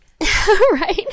Right